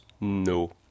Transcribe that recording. No